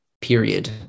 period